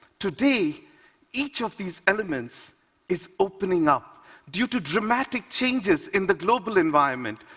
today, each of these elements is opening up due to dramatic changes in the global environment.